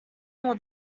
nor